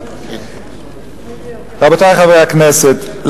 רבותי חברי הכנסת,